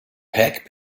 pack